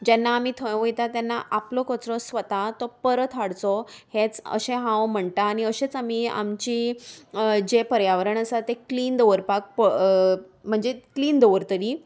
जेन्ना आमी थंय वयता तेन्ना आपलो कचरो स्वता तो परत हाडचो हेंच अशें हांव म्हणटा आनी अशेंच आमी आमची जें पर्यावरण आसा तें क्लीन दवरपाक म्हणजे क्लीन दवरतली